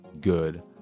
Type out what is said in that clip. good